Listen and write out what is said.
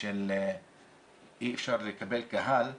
שאי אפשר לקבל קהל,